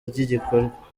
ry’igikorwa